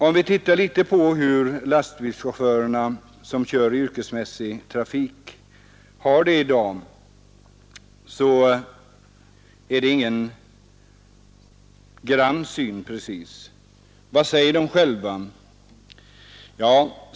Om vi tittar litet på hur lastbilschaufförerna i yrkesmässig trafik har det i dag, ser vi ingen grann syn precis. Vad säger de själva?